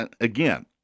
again